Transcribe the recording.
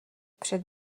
před